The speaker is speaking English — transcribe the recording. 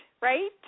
right